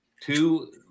Two